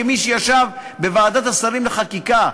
כמי שישב בוועדת השרים לחקיקה,